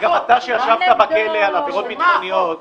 שישבת בכלא על עבירות ביטחוניות,